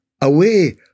away